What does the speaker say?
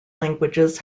languages